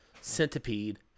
Centipede